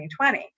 2020